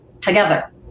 together